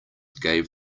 gave